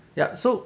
ya so